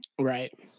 Right